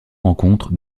rencontres